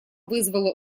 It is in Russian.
вызывало